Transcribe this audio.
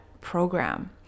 program